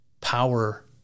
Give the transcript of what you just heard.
power